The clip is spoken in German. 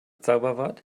zauberwort